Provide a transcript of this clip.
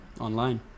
online